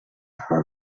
her